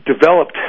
developed